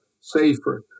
safer